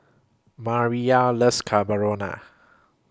Mariyah loves Carbonara